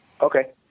Okay